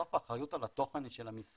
בסוף האחריות על התוכן היא של המשרדים.